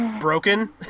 broken